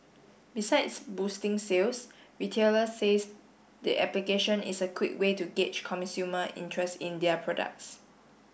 besides boosting sales retailers says the application is a quick way to gauge consumer interest in their products